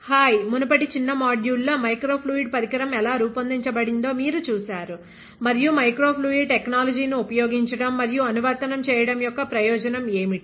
hi మునుపటి చిన్న module లో మైక్రో ఫ్లూయిడ్ పరికరం ఎలా రూపొందించబడిం దో మీరు చూశారు మరియు మైక్రో ఫ్లూయిడ్ టెక్నాలజీ ను ఉపయోగించడం మరియు అనువర్తనం చేయడం యొక్క ప్రయోజనం ఏమిటి